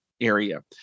area